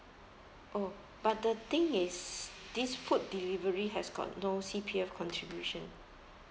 oh but the thing is this food delivery has got no C_P_F contribution